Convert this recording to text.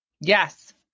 Yes